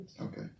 Okay